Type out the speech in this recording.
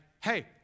hey